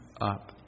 up